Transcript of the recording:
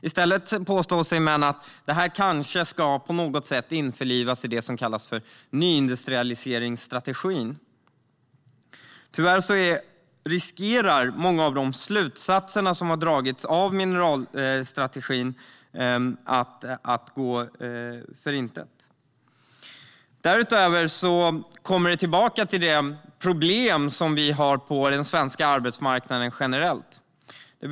I stället säger man att det kanske på något sätt ska införlivas i det som kallas nyindustrialiseringsstrategin. Tyvärr riskerar många av de slutsatser som har dragits i mineralstrategin att gå om intet. Därutöver kommer man tillbaka till det problem vi har på den svenska arbetsmarknaden generellt.